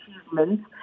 achievements